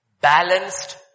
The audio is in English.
balanced